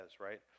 right